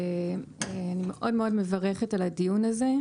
אני מאוד מברכת על הדיון הזה.